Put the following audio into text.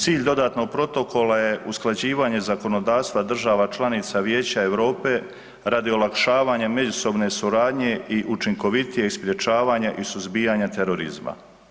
Cilj dodatnog protokola je usklađivanje zakonodavstva država članica Vijeća Europe radi olakšavanja međusobne suradnje i učinkovitije sprječavanje i suzbijanja terorizma.